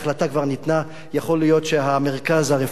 יכול להיות שהמרכז הרפורמי לדת ומדינה